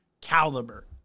caliber